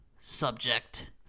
subject